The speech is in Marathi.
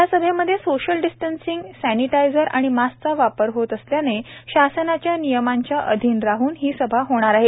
या सभेमध्ये सोशल डिस्टंसिंग सैनेटायझर आणि मास्कचा वापर होत असल्याने शासनाच्या नियमांच्या अधीन राहन ही सभा होणार आहे